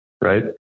right